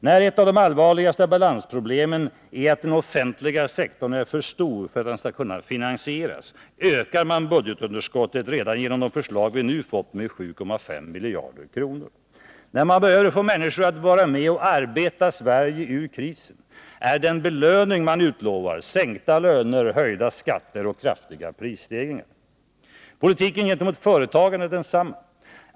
När ett av de allvarligaste balansproblemen är att den offentliga sektorn är för stor för att den skall kunna finansieras, ökar man budgetunderskottet redan genom det förslag vi nu har fått med 7,5 miljarder kronor. När man behöver få människor att vara med och arbeta Sverige ur krisen, är den belöning man utlovar sänkta löner, höjda skatter och kraftiga prisstegringar. Politiken gentemot företagen är densamma.